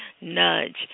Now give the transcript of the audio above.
nudge